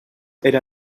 era